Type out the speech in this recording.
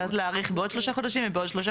ואז להאריך בעוד שלושה חודשים ובעוד שלושה